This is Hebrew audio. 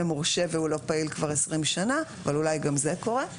מורשה והוא לא פעיל כבר 20 שנה אבל אולי גם זה קורה.